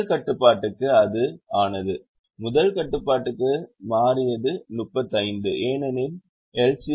முதல் கட்டுப்பாட்டுக்கு அது ஆனது முதல் கட்டுப்பாட்டுக்கு மாறியது 35 ஏனெனில் எல்